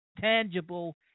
tangible